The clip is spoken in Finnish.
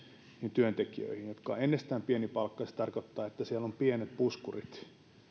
työntekijöihin jotka ovat ennestään pienipalkkaisia se tarkoittaa että siellä on pienet puskurit kohdata tämä tilanne